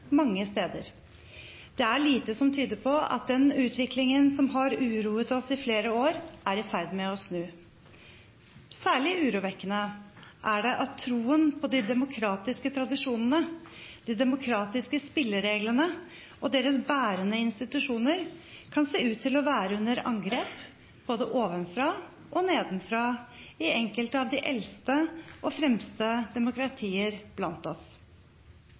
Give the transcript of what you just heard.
mange steder. Det er lite som tyder på at den utviklingen som har uroet oss i flere år, er i ferd med å snu. Særlig urovekkende er det at troen på de demokratiske tradisjonene, de demokratiske spillereglene og deres bærende institusjoner kan se ut til å være under angrep både ovenfra og nedenfra i enkelte av de eldste og fremste demokratier blant oss.